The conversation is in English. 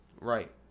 Right